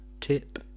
tip